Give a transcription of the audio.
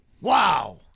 Wow